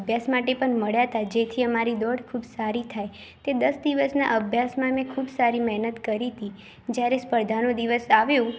અભ્યાસ માટે પણ મળ્યા હતા જેથી અમારી દોડી ખૂબ સારી થાય તે દસ દિવસના અભ્યાસમાં મેં ખૂબ સારી મહેનત કરી હતી જ્યારે સ્પર્ધાનો દિવસ આવ્યો